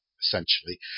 Essentially